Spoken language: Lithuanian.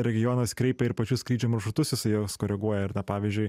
regionas kreipia ir pačių skrydžių maršrutus jisai juos koreguoja ir na pavyzdžiui